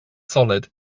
solid